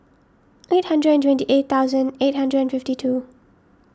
eight hundred and twenty eight thousand eight hundred and fifty two